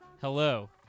Hello